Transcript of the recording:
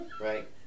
Right